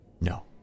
No